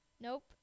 nope